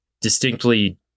distinctly